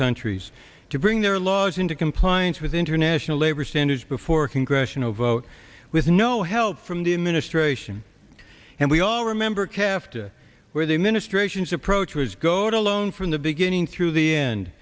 countries to bring their laws into compliance with international labor standards before congressional vote with no help from the administration and we all remember calf to where the ministrations approach was go to loan from the beginning through the end